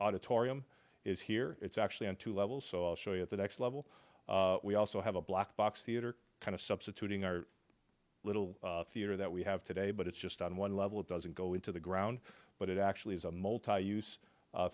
auditorium is here it's actually on two levels so i'll show you at the next level we also have a black box theater kind of substituting our little theater that we have today but it's just on one level it doesn't go into the ground but it actually is a multi use